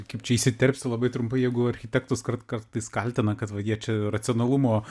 kaip čia įsiterpsiu labai trumpai jeigu architektus kar kartais kaltina kad va jie čia racionalumo